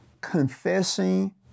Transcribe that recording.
confessing